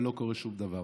ולא קורה שום דבר.